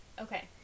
Okay